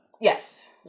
Yes